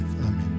Amen